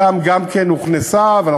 גם שם הוכנסה תחבורה ציבורית,